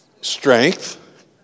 Strength